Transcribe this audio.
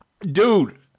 Dude